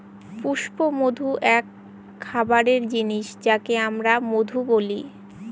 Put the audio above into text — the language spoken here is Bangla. পুষ্পমধু এক খাবারের জিনিস যাকে আমরা মধু বলি